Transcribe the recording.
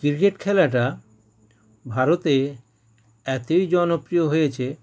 cricket খেলাটা ভারতে এতই জনপ্রিয় হয়েছে